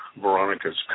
Veronica's